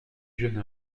jeune